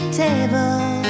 table